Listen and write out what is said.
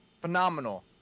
phenomenal